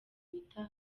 bita